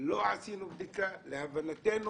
לא עשיתם בדיקה, שלהבנתך